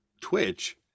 twitch